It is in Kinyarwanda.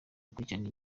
gukurikirana